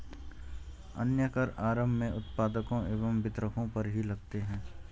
अन्य कर आरम्भ में उत्पादकों एवं वितरकों पर ही लगते हैं